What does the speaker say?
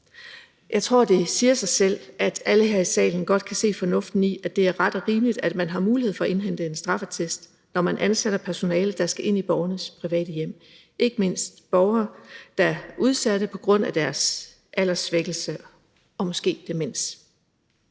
Jeg tror, det siger sig selv, at alle her i salen godt kan se fornuften i, at det er ret og rimeligt, at man har mulighed for at indhente en straffeattest, når man ansætter personale, der skal ind i borgernes private hjem, ikke mindst borgere, der er udsatte på grund af deres alderssvækkelse og måske demens.